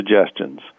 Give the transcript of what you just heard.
suggestions